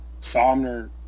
Somner